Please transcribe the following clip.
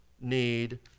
need